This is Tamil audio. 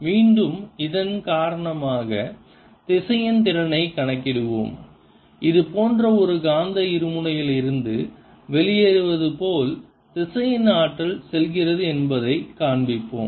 மீண்டும் இதன் காரணமாக திசையன் திறனைக் கணக்கிடுவோம் இது போன்ற ஒரு காந்த இருமுனையிலிருந்து வெளியேறுவது போல் திசையன் ஆற்றல் செல்கிறது என்பதைக் காண்பிப்போம்